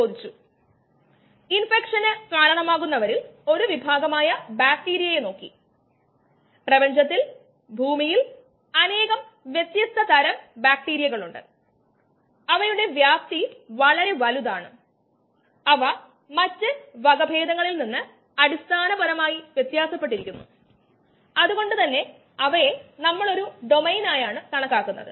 നിർദ്ദിഷ്ട വളർച്ചാ നിരക്കിന്റെ വ്യതിയാനത്തിനായുള്ള വിവിധ മോഡലുകളും സബ്സ്ട്രേറ്റ് സാന്ദ്രതയോടും ഉൽപ്പന്ന സാന്ദ്രതയോടും അടിസ്ഥാനപരമായി ഗ്രോത്ത് കൈനെറ്റിക്സ് മോഡലുകളും നമ്മൾ കണ്ടു